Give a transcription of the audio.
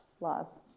laws